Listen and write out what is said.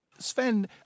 Sven